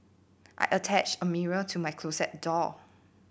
I attached a mirror to my closet door